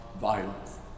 violence